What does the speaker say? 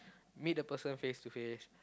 meet the person face to face